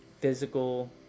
physical